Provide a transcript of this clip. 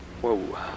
Whoa